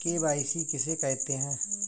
KYC किसे कहते हैं?